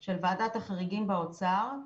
של ועדת החריגים באוצר.